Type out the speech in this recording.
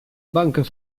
banques